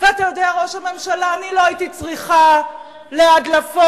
השיר הזה לא דיבר על זה, הוא דיבר על ההיפך.